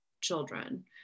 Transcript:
children